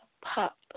pop